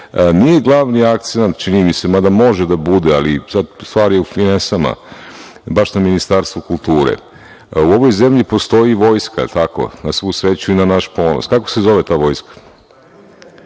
glavni akcenata, čini mi se, mada može da bude, ali stvar je u finesama, baš na Ministarstvu kulture. U ovoj zemlji postoji vojska, na svu sreću i na naš ponos. Kako se zove ta